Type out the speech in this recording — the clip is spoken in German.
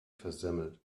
versemmelt